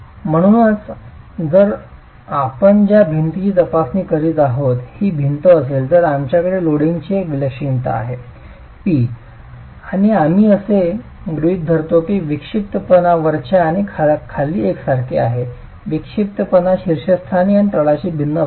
म्हणूनच जर आपण ज्या भिंतीची तपासणी करीत आहोत ही भिंत असेल तर आमच्याकडे लोडिंगची एक विलक्षणता आहे P आणि आम्ही असे गृहीत धरतो की विक्षिप्तपणा वरच्या आणि खाली एकसारखे आहे विक्षिप्तपणा शीर्षस्थानी आणि तळाशी भिन्न असू शकते